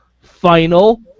final